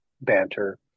banter